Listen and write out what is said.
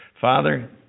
Father